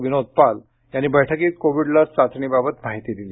विनोद पाल यांनी बैठकीत कोविड लस चाचणीबाबत माहिती दिली